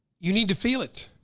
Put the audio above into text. you need to feel it.